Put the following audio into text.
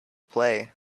play